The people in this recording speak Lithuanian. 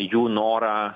jų norą